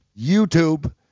YouTube